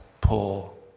pull